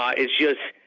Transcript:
ah it's just